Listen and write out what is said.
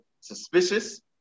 suspicious